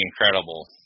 incredible –